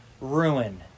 ruin